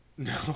No